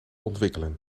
ontwikkelen